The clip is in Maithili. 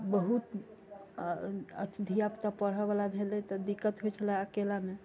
बहुत अथि धिया पुता पढ़ऽ बला भेलै तऽ दिक्कत होइ छलए अकेलामे